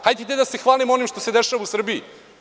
Hajde da se hvalimo onim što se dešava u Srbiji.